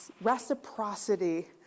reciprocity